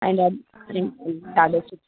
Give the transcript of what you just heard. पंहिंजा ॾाढो सुठो